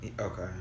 okay